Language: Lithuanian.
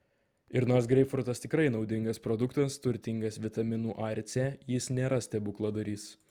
ir nors greipfrutas tikrai naudingas produktas turtingas vitaminų a ir c jis nėra stebukladarys